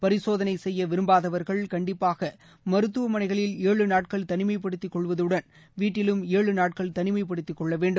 பரிசோதனைசெய்யவிரும்பாதவர்கள் கண்டிப்பாகமருத்துவமனைகளில் ஏழு நாட்கள் தனிமைப்படுத்திக்கொள்வதுடன் வீட்டிலும் ஏழு நாட்கள் தனிமைப்படுத்திக் கொள்ளவவேண்டும்